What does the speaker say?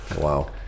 Wow